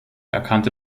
erkannte